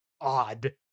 odd